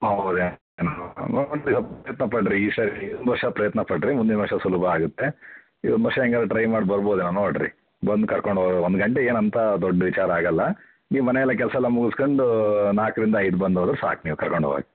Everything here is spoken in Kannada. ಹೌದು ಪ್ರಯತ್ನ ಪಡಿರಿ ಈ ಸಾರಿ ಒಂದು ವರ್ಷ ಪ್ರಯತ್ನ ಪಡಿರಿ ಮುಂದಿನ ವರ್ಷ ಸುಲಭ ಆಗುತ್ತೆ ಇದೊಂದು ವರ್ಷ ಹೇಗಾರ ಟ್ರೈ ಮಾಡಿ ಬರ್ಬೋದೇನೋ ನೋಡಿರಿ ಬಂದು ಕರ್ಕೊಂಡು ಹೋ ಒಂದು ಗಂಟೆಗೆ ಏನೂ ಅಂಥ ದೊಡ್ಡ ವಿಚಾರ ಆಗೋಲ್ಲ ನೀವು ಮನೆ ಎಲ್ಲ ಕೆಲಸ ಎಲ್ಲ ಮುಗಿಸ್ಕಂಡು ನಾಲ್ಕರಿಂದ ಐದು ಬಂದು ಹೋದರೆ ಸಾಕು ನೀವು ಕರ್ಕಂಡು ಹೋಗಕ್ಕೆ